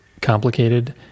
complicated